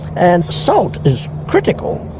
and salt is critical,